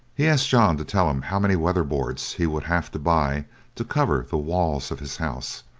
he asked john to tell him how many weatherboards he would have to buy to cover the walls of his house,